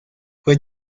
fue